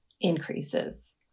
increases